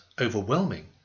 overwhelming